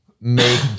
Make